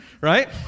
right